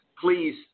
please